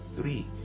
three